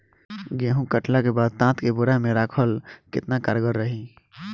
गेंहू कटला के बाद तात के बोरा मे राखल केतना कारगर रही?